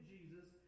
Jesus